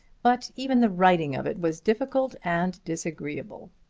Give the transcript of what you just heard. but even the writing of it was difficult and disagreeable.